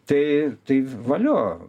tai tai valio